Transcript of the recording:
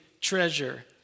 treasure